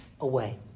away